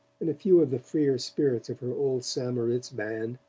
and a few of the freer spirits of her old st. moritz band,